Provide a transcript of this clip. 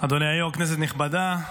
אדוני היושב-ראש, כנסת נכבדה,